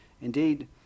indeed